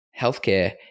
Healthcare